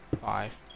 five